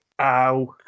ow